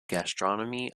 gastronomy